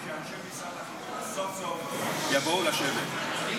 ושאנשי משרד החינוך סוף-סוף יבואו לשבת.